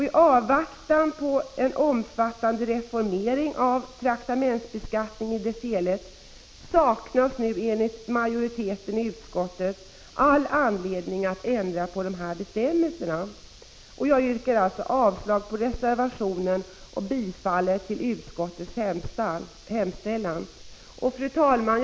I avvaktan på en omfattande reformering av traktamentsbeskattningen i dess helhet saknas nu enligt utskottsmajoriteten all anledning att ändra bestämmelserna. Jag yrkar därför avslag på reservationen och bifall till utskottets hemställan. Fru talman!